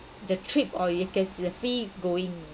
the trip or you gets uh free going